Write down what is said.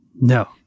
No